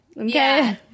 Okay